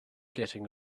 getting